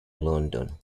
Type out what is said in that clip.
london